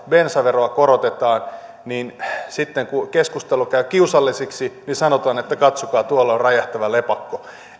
bensaveroa korotetaan niin sitten kun keskustelu käy kiusalliseksi sanotaan että katsokaa tuolla on räjähtävä lepakko